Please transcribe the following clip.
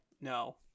no